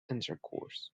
intercourse